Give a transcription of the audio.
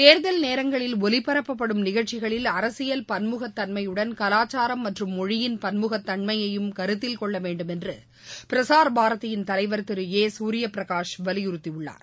தேர்தல் நேரங்களில் ஒலிபரப்பப்படும் நிகழ்ச்சிகளில் அரசியல் பன்முகத்தன்மையுடன் கலாச்சாரம் மற்றும் மொழியின் பன்முகத்தன்மையையும் கருத்தில்கொள்ளவேண்டும் என்று பிரசார்பாரதியின் தலைவர் திரு ஏ சூரியபிரகாஷ் வலியுறுத்தியுள்ளார்